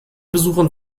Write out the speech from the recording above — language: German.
besuchern